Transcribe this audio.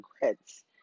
regrets